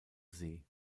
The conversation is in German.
see